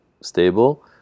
stable